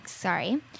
Sorry